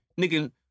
nigga